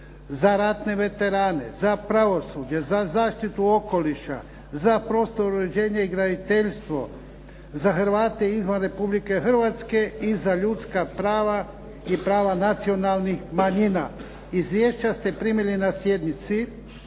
za ratne veterane, za pravosuđe, za zaštitu okoliša, za prostor, uređenje i graditeljstvo, za Hrvate izvan Republike Hrvatske i za ljudska prava i prava nacionalnih manjina. Izvješća ste primili na sjednici.